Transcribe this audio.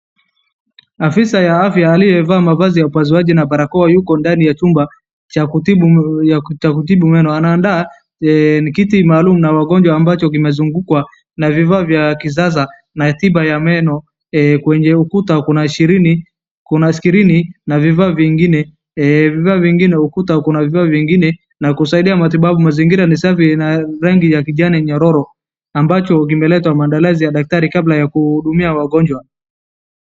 Afisa wa afya aliyevaa mavazi ya upasuaji na barakoa yuko ndani ya chumba cha kutibu meno. Anaandaa kiti maalum cha wagonjwa ambacho kimezungukwa na vifaa vya kisasa na tiba ya meno. Kwenye ukuta kuna skirini na vifaa vingine. Ukuta kuna vifaa vingine vya kusaidia matibabu. Mazingira ni safi na ya rangi ya kijani nyororo, ambacho kimeleta maandalizi ya daktari kabla ya kuwahudumia wagonjwa.